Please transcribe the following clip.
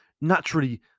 naturally